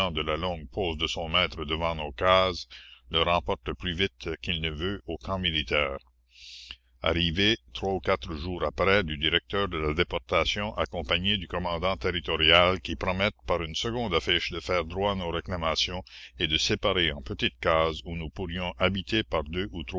de la longue pause de son maître devant nos cases le remporte plus vite qu'il ne veut au camp militaire arrivée trois ou quatre jours après du directeur de la déportation accompagné du commandant territorial qui promettent par une seconde affiche de faire droit à nos réclamations et de séparer en petites cases où nous pourrions habiter par deux